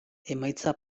emaitza